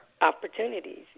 opportunities